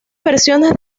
versiones